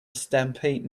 stampede